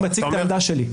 אני מציג את העמדה שלי.